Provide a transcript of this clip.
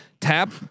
tap